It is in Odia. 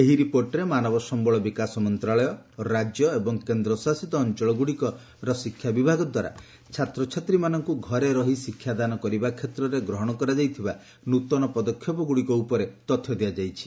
ଏହି ରିପୋର୍ଟରେ ମାନବ ସମ୍ଭଳ ବିକାଶ ମନ୍ତ୍ରଶାଳୟ ରାଜ୍ୟ ଏବଂ କେନ୍ଦ୍ରଶାସିତ ଅଞ୍ଚଳଗୁଡ଼ିକ ଶିକ୍ଷା ବିଭାଗ ଦ୍ୱାରା ଛାତ୍ରଛାତ୍ରୀମାନଙ୍କୁ ଘରେ ରହି ଶିକ୍ଷାଦାନ କରିବା କ୍ଷେତ୍ରରେ ଗ୍ରହଣ କରାଯାଇଥିବା ନୂତନ ପଦକ୍ଷେପଗୁଡ଼ିକ ଉପରେ ତଥ୍ୟ ଦିଆଯାଇଛି